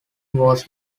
was